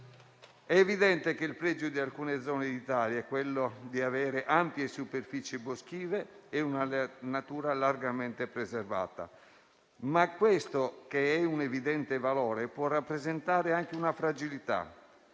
È evidente che il pregio di alcune zone d'Italia è quello di avere ampie superfici boschive e una natura largamente preservata, ma questo, che è un evidente valore, può rappresentare anche una fragilità.